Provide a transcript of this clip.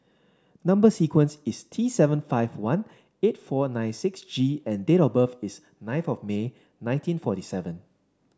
number sequence is T seven five one eight four nine six G and date of birth is ninth of May nineteen forty seven